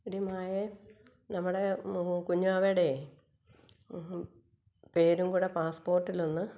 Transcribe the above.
എടീ മായേ നമ്മുടെ കുഞ്ഞാവേടേ പേരും കൂടെ പാസ്പോര്ട്ടിലൊന്ന്